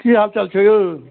कि हालचाल छै यौ